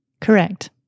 Correct